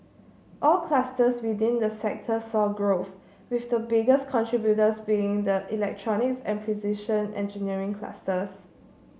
all clusters within the sector saw growth with the biggest contributors being the electronics and precision engineering clusters